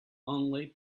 only